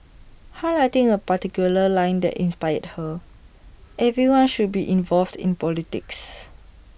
highlighting A particular line that inspired her everyone should be involved in politics